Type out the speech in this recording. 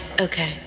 okay